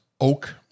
oak